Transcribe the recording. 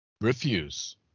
refuse